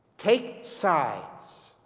take sides.